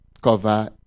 cover